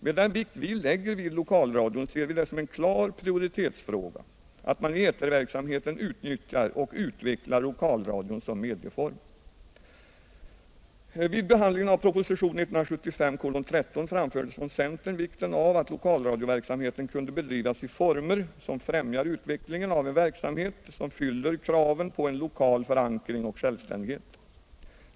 Med den vikt vi lägger vid lokalradion ser vi det som en klar prioritetsfråga att man i eterverksamheten utnyttjar och utvecklar lokalradion som medieform. Vid behandlingen av propositionen 1975:13 framfördes från centern vikten av att lokalradioverksamheten kunde bedrivas i former som främjar utvecklingen av en verksamhet som fyller kraven på en lokal förankring och självständighet.